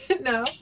No